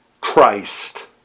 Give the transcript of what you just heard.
Christ